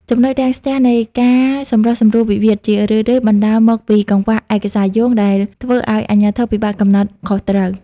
ចំណុចរាំងស្ទះនៃការសម្រុះសម្រួលវិវាទ ជារឿយៗបណ្តាលមកពី "កង្វះឯកសារយោង" ដែលធ្វើឱ្យអាជ្ញាធរពិបាកកំណត់ខុសត្រូវ។